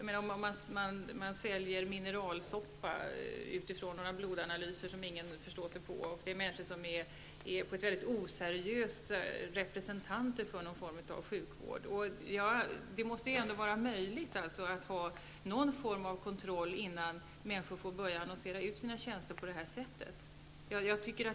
Man säljer mineralsoppa utifrån några blodanalyser som ingen förstår sig på. Man representerar på ett oseriöst sätt en form av sjukvård. Det måste vara möjligt att införa någon form av kontroll, innan människor får börja annonsera ut sina tjänster på detta sätt.